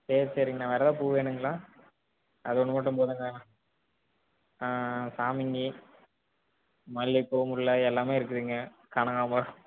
சரி சரிங்கண்ணா வேறு ஏதா பூ வேணும்ங்களா அது ஒன்று மட்டும் போதும் தானா சாமிங்கி மல்லிகைப்பூ முல்லை எல்லாம் இருக்குதுங்க கனகாம்பரம்